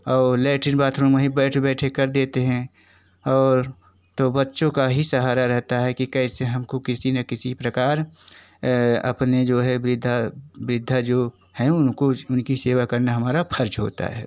और latrine bathroom वहीं बैठ बैठ कर देते हैं और तो बच्चों का ही सहारा रहता है कि कैसे हमको किसी ना किसी प्रकार अपने जो है वृद्ध वृद्ध जो हैं उनको उनकी सेवा करना हमारा फर्ज होता है